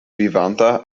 vivanta